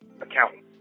accountant